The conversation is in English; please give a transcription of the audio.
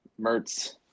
Mertz